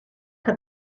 que